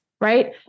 right